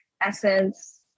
essence